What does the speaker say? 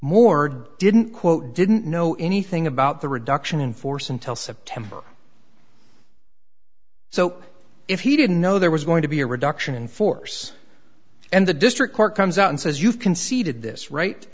more didn't quote didn't know anything about the reduction in force until september so if he didn't know there was going to be a reduction in force and the district court comes out and says you've conceded this right